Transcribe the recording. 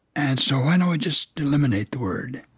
and so why don't we just eliminate the word?